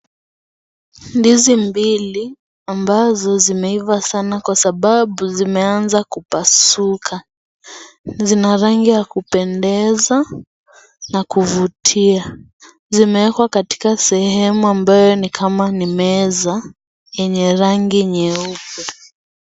Ndizi mbili, ambazo zimeiva sana kwa sababu zimeanza kupasuka na zina rangi ya kupendeza na kuvutia. Zimewekwa katika sehemu ambayo ni kama ni meza, yenye rangi nyeupe.